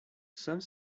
some